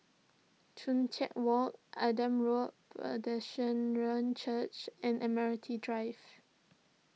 Joo Chiat Walk Adam Road Church and Admiralty Drive